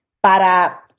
para